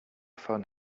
phone